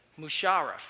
Musharraf